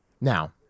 Now